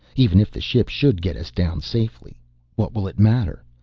even if the ship should get us down safely what will it matter?